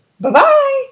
Bye-bye